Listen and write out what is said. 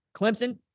Clemson